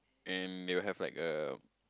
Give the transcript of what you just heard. and they will have like a